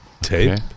tape